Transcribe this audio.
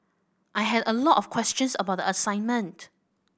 I had a lot of questions about the assignment